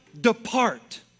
depart